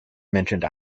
mentioned